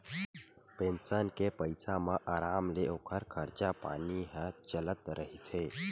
pension के पइसा म अराम ले ओखर खरचा पानी ह चलत रहिथे